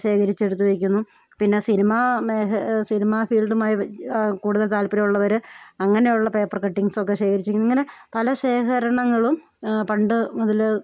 ശേഖരിച്ചെടുത്തു വെയ്ക്കുന്നു പിന്നെ സിനിമ മേഹ സിനിമ ഫീൽഡുമായി കൂടുതൽ താല്പര്യം ഉള്ളവർ അങ്ങനെയുള്ള പേപ്പർ കട്ടിംഗ്സൊക്കെ ശേഖരിച്ചിരുന്നു ഇങ്ങനെ പല ശേഖരണങ്ങളും പണ്ടു മുതൽ